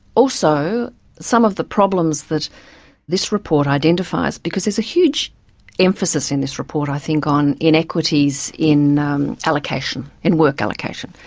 also some of the problems that this report identifies, because there's a huge emphasis in this report i think on inequities in allocation, in work allocation.